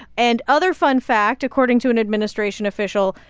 and other fun fact, according to an administration official,